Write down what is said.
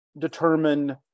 determine